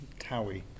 Towie